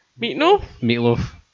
Meatloaf